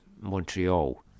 Montreal